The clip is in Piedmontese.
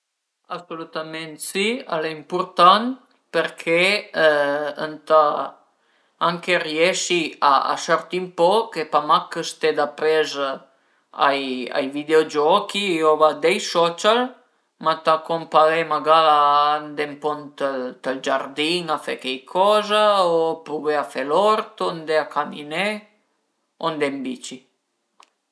Asulütament si, al e ëmpurtant perché ëntà anche riesi a sörti ën poch e pa mach ste d'apres ai ai videogiochi o vardé i social, ma ëntà co ëmparé magara a andé ën po ënt ël giardin a fe cheicoza o pruvé a fe l'ort o andé a caminé o andé ën bici